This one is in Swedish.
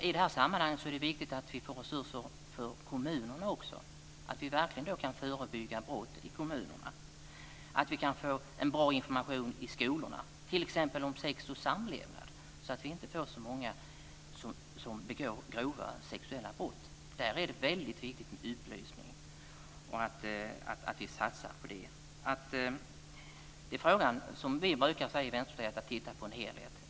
I detta sammanhang är det viktigt att också kommunerna får resurser, så att man verkligen kan förebygga brott i kommunerna och så att vi kan få en bra information i skolorna t.ex. om sex och samlevnad, så att det inte blir så många som begår grova sexuella brott. Det är väldigt viktigt med upplysning och att vi satsar på det. Vi brukar i Vänsterpartiet säga att man ska titta på helheten.